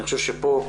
אני חושב שפה,